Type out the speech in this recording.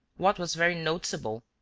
what was very noticeable,